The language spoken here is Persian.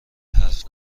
حرف